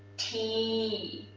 t,